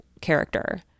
character